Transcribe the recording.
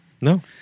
No